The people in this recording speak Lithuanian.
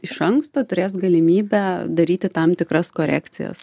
iš anksto turės galimybę daryti tam tikras korekcijas